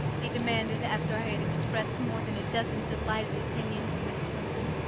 he demanded after i had expressed more than a dozen delighted opinions of miss clinton.